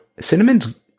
cinnamon's